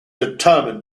determined